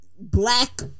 black